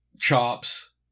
chops